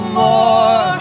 more